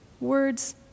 words